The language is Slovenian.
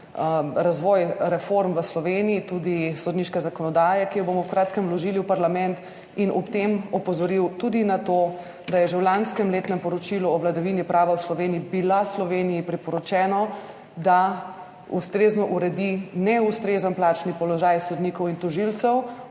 razvoj reform v Sloveniji, tudi sodniške zakonodaje, ki jo bomo v kratkem vložili v parlament, in ob tem opozoril tudi na to, da je bilo Sloveniji že v lanskem letnem poročilu o vladavini prava v Sloveniji priporočeno, da ustrezno uredi neustrezen plačni položaj sodnikov in tožilcev,